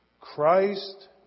Christ